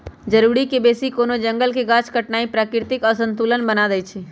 जरूरी से बेशी कोनो जंगल के गाछ काटनाइ प्राकृतिक असंतुलन बना देइछइ